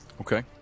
Okay